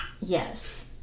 yes